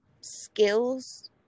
skills